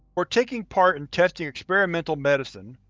for taking part in testing experimental medicine.